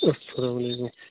اَسَلام علیکُم